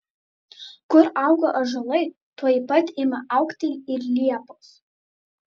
kur auga ąžuolai tuoj pat ima augti ir liepos